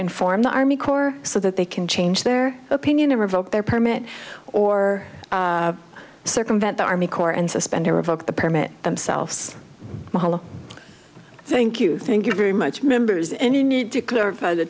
inform the army corps so that they can change their opinion to revoke their permit or circumvent the army corps and suspend their revoke the permit themselves thank you thank you very much members and you need to clarify the